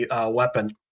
weapon